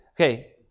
Okay